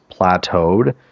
plateaued